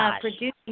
producing